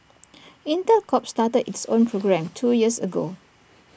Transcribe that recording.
Intel Corp started its own program two years ago